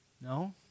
No